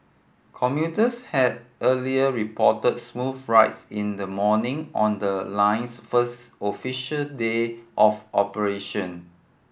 commuters had earlier reported smooth rides in the morning on the line's first official day of operation